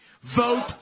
vote